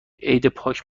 عیدپاک